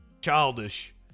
childish